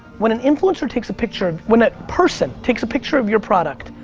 when an influencer takes a picture, when a person takes a picture of your product,